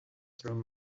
through